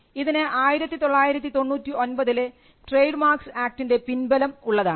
ഇതിന് 1999 ലെ trade marks ആക്ടിൻറെ പിൻബലം ഉള്ളതാണ്